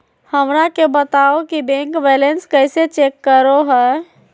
हमरा के बताओ कि बैंक बैलेंस कैसे चेक करो है?